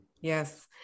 Yes